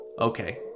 Okay